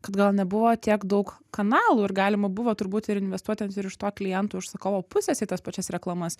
kad gal nebuvo tiek daug kanalų ir galima buvo turbūt ir investuoti ir iš to kliento užsakovo pusės į tas pačias reklamas